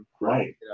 Right